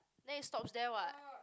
then it stops there what